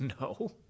no